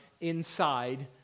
inside